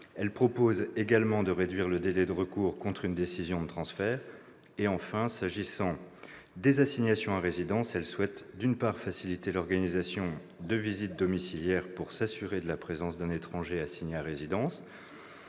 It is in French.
Elle propose également de réduire le délai de recours contre une décision de transfert. Enfin, s'agissant des assignations à résidence, elle souhaite, d'une part, faciliter l'organisation de visites domiciliaires pour s'assurer de la présence d'un étranger assigné à résidence